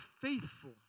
faithful